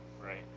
right